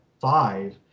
five